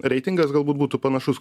reitingas galbūt būtų panašus